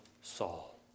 Saul